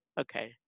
okay